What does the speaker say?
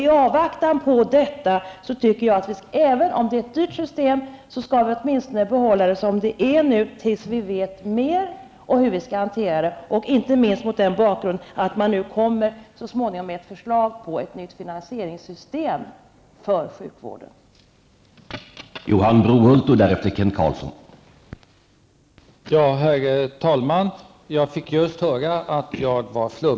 I avvaktan på detta tycker jag att vi skall behålla nuvarande system -- även om det är ett dyrt system -- tills vi vet mer om hur vi skall hantera det, inte minst mot den bakgrunden att ett förslag till nytt finansieringssystem för sjukvården är på väg.